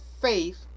faith